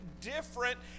different